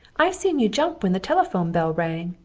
i've seen you jump when the telephone bell rang.